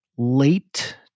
late